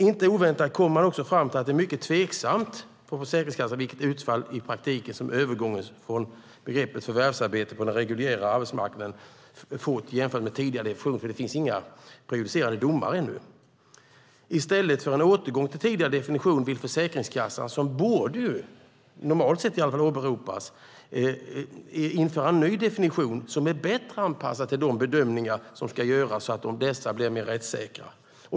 Inte oväntat kom Försäkringskassan också fram till att det är mycket tveksamt vilket utfall i praktiken som övergången från begreppet "förvärvsarbete på den reguljära arbetsmarknaden" fått jämfört med tidigare definition, för det finns inga prejudicerande domar ännu. I stället för en återgång till tidigare definition vill Försäkringskassan, som ju normalt sett borde åberopas, införa en ny definition som är bättre anpassad till de bedömningar som ska göras så att dessa blir mera rättssäkra.